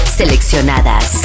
seleccionadas